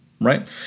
Right